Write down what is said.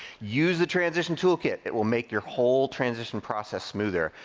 use the transition toolkit, it will make your whole transition process smoother.